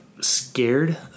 scared